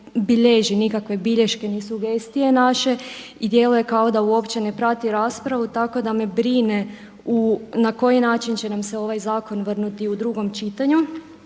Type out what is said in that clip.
bilježi nikakve bilješke, ni sugestije naše i djeluje kao da uopće ne prati raspravu. Tako da me brine na koji način će nam se ovaj zakon vratiti u drugo čitanje.